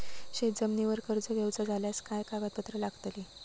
शेत जमिनीवर कर्ज घेऊचा झाल्यास काय कागदपत्र लागतली?